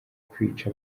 kwica